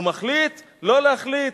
הוא מחליט לא להחליט.